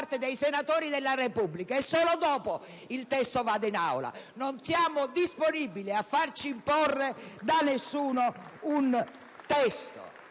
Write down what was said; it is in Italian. Non siamo disponibili a farci imporre da nessuno un testo: